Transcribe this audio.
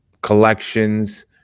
collections